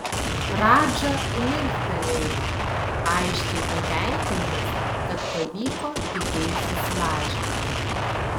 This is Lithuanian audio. radža linktelėjo aiškiai patenkintas kad pavyko pigiai susilažinti